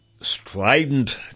strident